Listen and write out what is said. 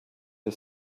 wir